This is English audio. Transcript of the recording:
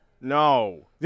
No